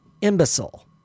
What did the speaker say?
Imbecile